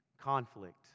Conflict